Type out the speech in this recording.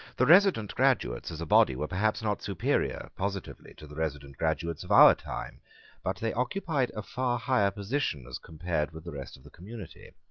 the resident graduates, as a body, were perhaps not superior positively to the resident graduates of our time but they occupied a far higher position as compared with the rest of the community.